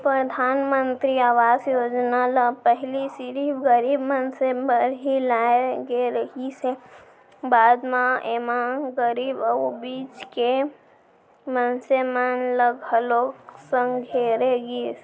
परधानमंतरी आवास योजना ल पहिली सिरिफ गरीब मनसे बर ही लाए गे रिहिस हे, बाद म एमा गरीब अउ बीच के मनसे मन ल घलोक संघेरे गिस